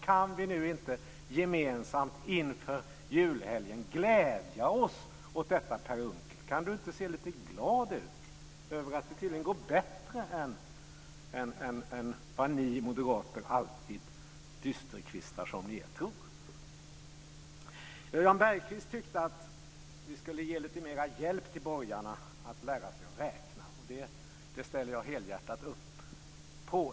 Kan vi nu inte gemensamt inför julhelgen glädjas åt detta, Per Unckel? Kan inte Per Unckel se lite glad ut över att det tydligen går bättre än vad ni moderater alltid tror, dysterkvistar som ni är? Jan Bergqvist tyckte att vi skulle ge lite hjälp till borgarna att lära sig räkna. Det ställer jag helhjärtat upp på.